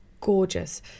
gorgeous